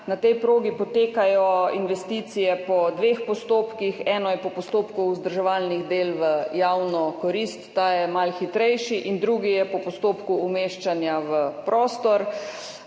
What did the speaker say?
Na tej progi potekajo investicije po dveh postopkih. Eno je po postopku vzdrževalnih del v javno korist, ta je malo hitrejši, in drugi je po postopku umeščanja v prostor.